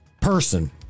person